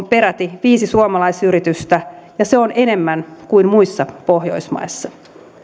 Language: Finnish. peräti viisi suomalaisyritystä ja se on enemmän kuin muissa pohjoismaissa